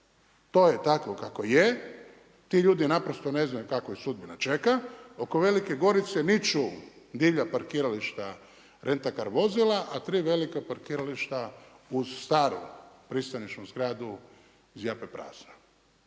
to je tako kako je ti ljudi ne znaju kakva ih sudbina čeka. Oko Velike Gorice niču divlja parkirališta renta car vozila, a tri velika parkirališta uz staru pristanišnu zgradu zjape prazna.